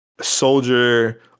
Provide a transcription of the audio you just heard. soldier